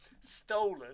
stolen